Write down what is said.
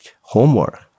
homework